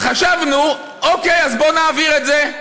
חשבנו: אוקיי, אז בואו נעביר את זה.